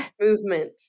Movement